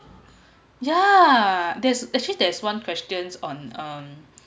yeah there's actually there's one question on um